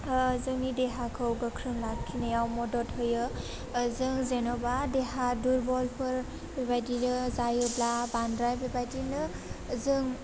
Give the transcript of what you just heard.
ओह जोंनि देहाखौ गोख्रों लाखिनायाव मदद होयो ओह जों जेन'बा देहा दुरबलफोर बेबायदिनो जायोब्ला बांद्राय बेबायदिनो जों